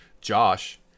josh